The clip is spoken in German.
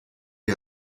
wie